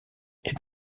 est